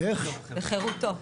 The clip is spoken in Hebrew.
וחירותו.